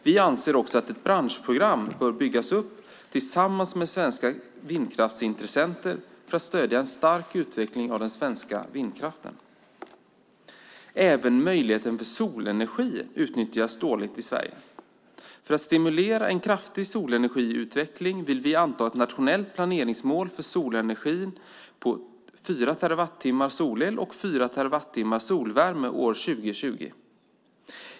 Vi anser också att ett branschprogram bör byggas upp tillsammans med svenska vindkraftsintressenter för att stödja en stark utveckling av den svenska vindkraften. Även möjligheterna för solenergi utnyttjas dåligt i Sverige. För att stimulera en kraftig solenergiutveckling vill vi anta ett nationellt planeringsmål för solenergi på fyra terawattimmar solel och fyra terawattimmar solvärme år 2020.